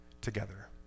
together